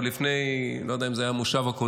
אני לא יודע אם זה היה במושב הקודם,